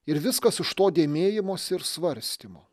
ir viskas iš to dėmėjimosi ir svarstymo